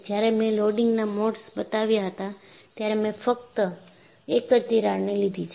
જ્યારે મેં લોડિંગના મોડ્સ બતાવ્યા હતા ત્યારે મેં ફક્ત એક જ તિરાડને લીધી છે